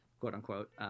Quote-unquote